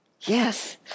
Yes